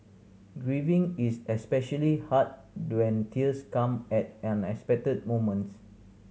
grieving is especially hard when tears come at unexpected moments